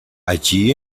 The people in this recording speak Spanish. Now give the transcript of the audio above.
allí